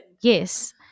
Yes